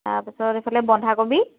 তাৰ পিছত ইফালে বন্ধাকবি